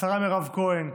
השרה מירב כהן,